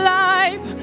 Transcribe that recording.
life